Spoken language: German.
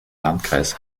landkreis